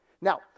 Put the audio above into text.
Now